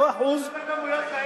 לא 1% לא בכמויות כאלה.